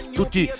tutti